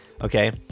okay